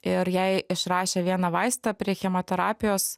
ir jai išrašė vieną vaistą prie chemoterapijos